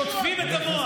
שוטפים את המוח.